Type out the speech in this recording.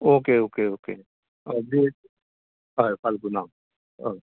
okay okay okay मागीर हय फाल्गुनाक हय